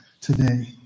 today